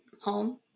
home